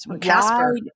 Casper